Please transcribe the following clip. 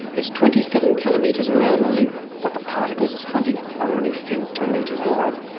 it's twenty seven kilometres around the loop, but the particles it's hunting are only femtometres wide.